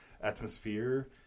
atmosphere